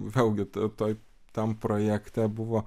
vėlgi ta toj tam projekte buvo